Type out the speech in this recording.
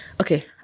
okay